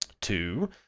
Two